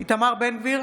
איתמר בן גביר,